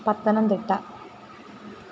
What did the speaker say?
Pathanamthitta